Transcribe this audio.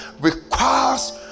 requires